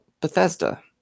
Bethesda